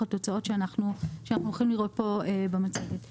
התוצאות שאנחנו הולכים לראות פה במצגת.